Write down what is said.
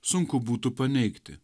sunku būtų paneigti